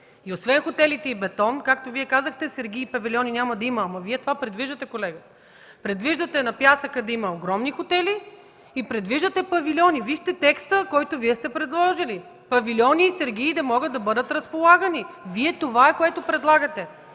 Освен хотелите и бетон, както Вие казахте, сергии и павилиони няма да има, но Вие това предвиждате, колега. Предвиждате на пясъка да има огромни хотели и предвиждате павилиони. Вижте текста, който Вие сте предложили – павилиони и сергии да могат да бъдат разполагани. Това е, което Вие предлагате